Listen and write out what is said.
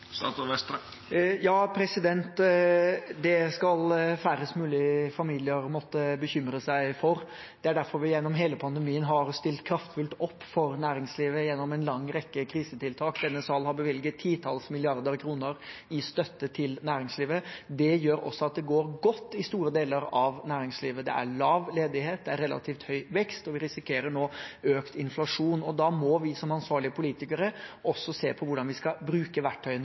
Det skal færrest mulig familier måtte bekymre seg for. Det er derfor vi gjennom hele pandemien har stilt kraftfullt opp for næringslivet gjennom en lang rekke krisetiltak. Denne salen har bevilget titalls milliarder kroner i støtte til næringslivet. Det gjør også at det går godt i store deler av næringslivet. Det er lav ledighet, det er relativt høy vekst, og vi risikerer nå økt inflasjon. Da må vi, som ansvarlige politikere, også se på hvordan vi skal bruke verktøyene